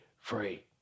free